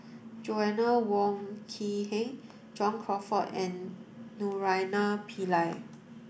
Joanna Wong Quee Heng John Crawfurd and Naraina Pillai